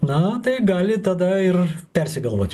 na tai gali tada ir persigalvot